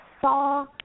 saw